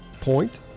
point